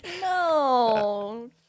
No